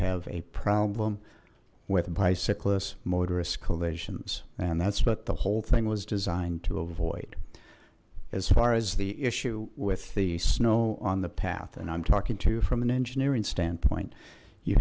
have a problem with bicyclists motorists collisions and that's what the whole thing was designed to avoid as far as the issue with the snow on the path and i'm talking to you from an engineering standpoint you